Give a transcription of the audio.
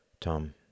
Tom